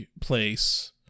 place